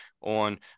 on